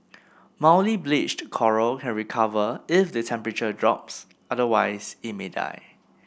mildly bleached coral can recover if the temperature drops otherwise it may die